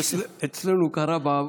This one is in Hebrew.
אצלנו קרה.